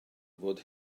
fod